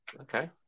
Okay